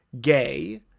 gay